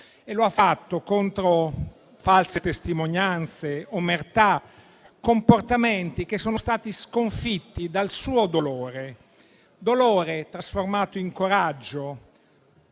E lo ha fatto contro false testimonianze, omertà, comportamenti che sono stati sconfitti dal suo dolore; un dolore trasformato in coraggio,